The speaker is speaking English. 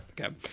Okay